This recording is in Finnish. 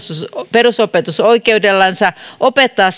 perusopetusoikeudellansa opettaa